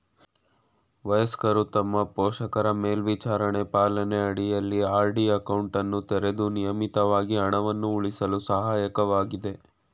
ವಯಸ್ಕರು ತಮ್ಮ ಪೋಷಕರ ಮೇಲ್ವಿಚಾರಣೆ ಪಾಲನೆ ಅಡಿಯಲ್ಲಿ ಆರ್.ಡಿ ಅಕೌಂಟನ್ನು ತೆರೆದು ನಿಯಮಿತವಾಗಿ ಹಣವನ್ನು ಉಳಿಸಲು ಸಹಾಯಕವಾಗಿದೆ